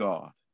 God